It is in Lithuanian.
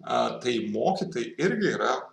ar tai mok tai irgi yra